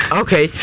okay